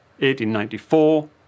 1894